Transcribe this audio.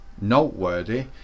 noteworthy